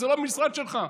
זה לא המשרד שלך.